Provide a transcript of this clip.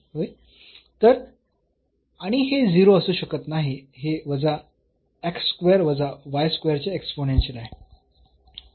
तर आणि हे 0 असू शकत नाही हे वजा x स्क्वेअर वजा y स्क्वेअरचे एक्स्पोनेन्शियल आहे